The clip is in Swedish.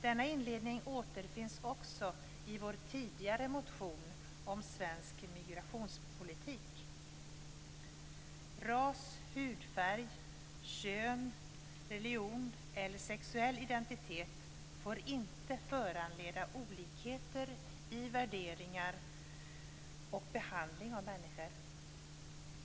Denna inledning återfinns också i vår tidigare motion om svensk migrationspolitik. Ras, hudfärg, kön, religion eller sexuell identitet får inte föranleda olikheter i värderingar och behandling av människor.